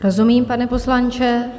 Rozumím, pane poslanče.